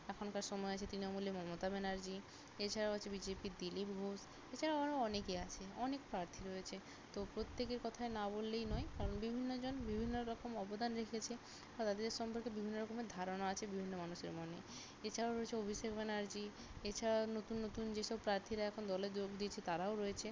এখনকার সময়ে আছে তৃণমূলে মমতা ব্যানার্জী এছাড়াও আছে বিজেপির দিলীপ ঘোষ এছাড়াও আরও অনেকে আছে অনেক প্রার্থী রয়েছে তো প্রত্যেকের কথা না বললেই নয় কারণ বিভিন্নজন বিভিন্ন রকম অবদান রেখেছে বা তাদের সম্পর্কে বিভিন্ন রকমের ধারণা আছে বিভিন্ন মানুষের মনে এছাড়াও রয়েছে অভিষেক ব্যানার্জী এছাড়া আরও নতুন নতুন যেসব প্রার্থীরা এখন দলে যোগ দিয়েছে তারাও রয়েছে